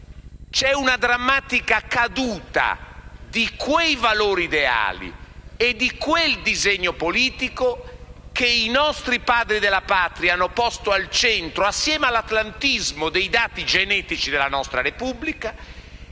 c'è una drammatica caduta di quei valori ideali e di quel disegno politico che i nostri Padri della Patria hanno posto al centro, insieme all'atlantismo, dei dati genetici della nostra Repubblica.